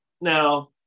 Now